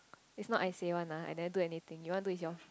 it's not I say one ah I never do anything you want do is your